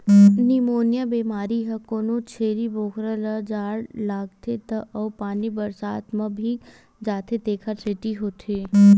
pneumonia बेमारी ह कोनो छेरी बोकरा ल जाड़ लागथे त अउ पानी बरसात म भीग जाथे तेखर सेती होथे